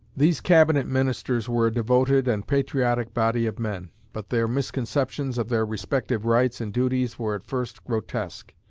these cabinet ministers were a devoted and patriotic body of men, but their misconceptions of their respective rights and duties were at first grotesque.